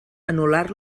anul·lar